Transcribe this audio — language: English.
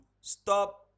stop